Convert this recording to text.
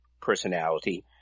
personality